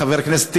חבר הכנסת טיבי,